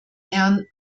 herrn